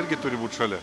irgi turi būt šalia